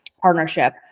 partnership